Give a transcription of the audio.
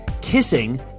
kissing